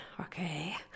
okay